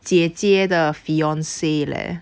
姐姐的 fiance leh